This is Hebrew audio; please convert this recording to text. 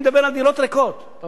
כל ה-150,000?